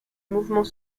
mouvement